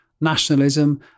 nationalism